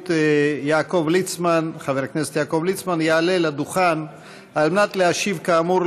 הבריאות חבר הכנסת יעקב ליצמן יעלה לדוכן להשיב כאמור